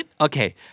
Okay